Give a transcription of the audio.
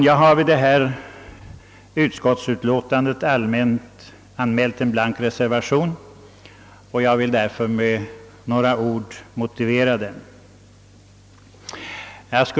Jag har vid föreliggande utskottsutlåtande fogat en blank reservation, och jag vill därför också med några ord motivera denna.